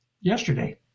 yesterday